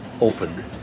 open